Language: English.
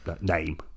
name